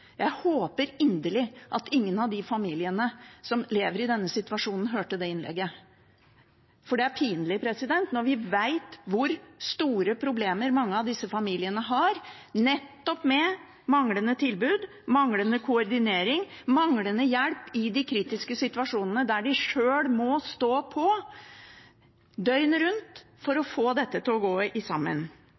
Jeg håper inderlig at ingen av de familiene som lever i denne situasjonen, hørte det innlegget, for det er pinlig når vi vet hvor store problemer mange av disse familiene har nettopp med manglende tilbud, manglende koordinering og manglende hjelp i de kritiske situasjonene der de selv må stå på, døgnet rundt, for å få dette til å gå sammen.